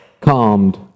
calmed